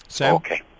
okay